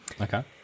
okay